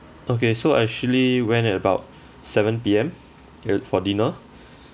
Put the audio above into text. okay so I actually went at about seven P_M uh for dinner